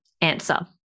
answer